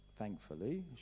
thankfully